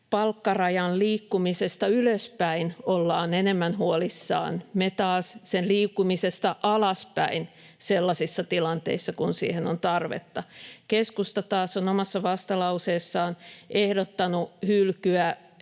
palkkarajan liikkumisesta ylöspäin ollaan enemmän huolissaan, me taas sen liikkumisesta alaspäin sellaisissa tilanteissa, kun siihen on tarvetta. Keskusta taas on omassa vastalauseessaan ehdottanut hylkyä